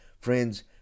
Friends